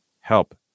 help